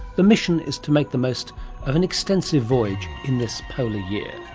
the mission is to make the most of an extensive voyage in this polar year.